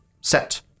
set